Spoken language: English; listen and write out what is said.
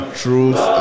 truth